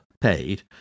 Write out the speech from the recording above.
paid